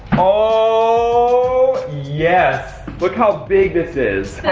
oh yes. look how big this is.